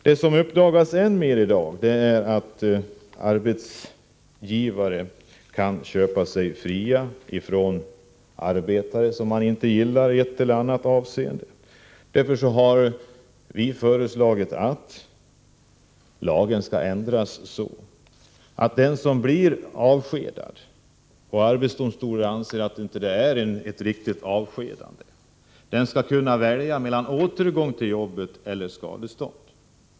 Det som uppdagats än mer i dag är att arbetsgivare kan köpa sig fria från arbetare som de inte gillar i ett eller annat avseende. Därför har vi föreslagit att lagen skall ändras på denna punkt. Om någon blir avskedad och arbetsdomstolen anser att det inte är ett korrekt avskedande skall han kunna välja mellan återgång till jobbet eller skadestånd.